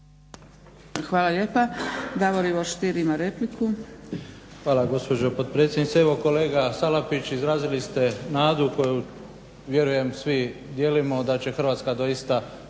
**Stier, Davor Ivo (HDZ)** Hvala vam gospođo potpredsjednice. Evo kolega Salapić izrazili ste nadu koju vjerujem svi dijelimo da će Hrvatska doista